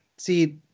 See